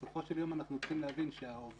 בסופו של יום אנחנו צריכים להבין שהעובד,